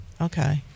Okay